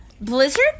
Blizzard